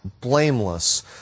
blameless